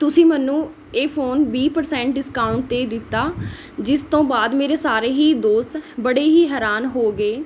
ਤੁਸੀਂ ਮੈਨੂੰ ਇਹ ਫ਼ੋਨ ਵੀਹ ਪ੍ਰਸੈਂਟ ਡਿਸਕਾਊਂਟ 'ਤੇ ਦਿੱਤਾ ਜਿਸ ਤੋਂ ਬਾਅਦ ਮੇਰੇ ਸਾਰੇ ਹੀ ਦੋਸਤ ਬੜੇ ਹੀ ਹੈਰਾਨ ਹੋ ਗਏ